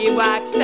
wax